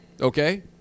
Okay